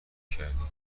کردی